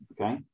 okay